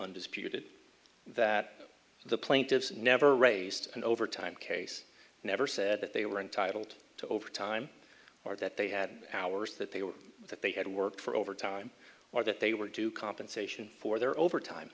undisputed that the plaintiffs never raised an overtime case never said that they were entitled to overtime or that they had powers that they were that they had worked for overtime or that they were to compensation for their overtime